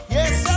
Yes